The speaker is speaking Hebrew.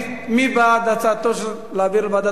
מי בעד הצעתו של חבר הכנסת חנין להעביר לוועדת הפנים?